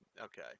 Okay